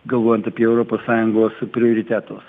galvojant apie europos sąjungos prioritetus